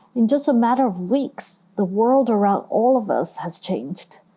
in just a matter of weeks, the world around all of us has changed.